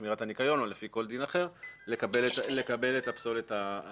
שמירת הניקיון או לפי כל דין אחר לקבל את הפסולת המדוברת.